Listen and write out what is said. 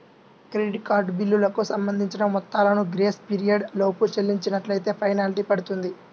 credit card బిల్లులకు సంబంధించిన మొత్తాలను గ్రేస్ పీరియడ్ లోపు చెల్లించనట్లైతే ఫెనాల్టీ పడుతుంది